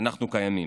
אנחנו קיימים.